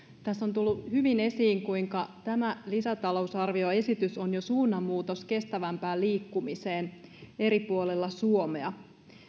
tässä on tullut hyvin esiin kuinka tämä lisätalousarvioesitys on jo suunnanmuutos kestävämpään liikkumiseen eri puolilla suomea